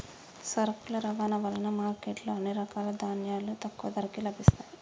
సరుకుల రవాణా వలన మార్కెట్ లో అన్ని రకాల ధాన్యాలు తక్కువ ధరకే లభిస్తయ్యి